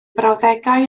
brawddegau